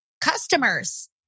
customers